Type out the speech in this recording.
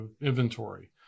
inventory